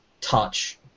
touch